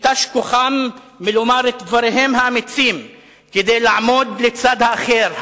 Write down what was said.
שתש כוחם מלומר את דבריהם האמיצים כדי לעמוד לצד האחר,